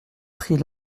prit